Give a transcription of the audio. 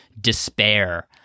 despair